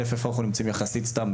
איפה אנחנו נמצאים במדד,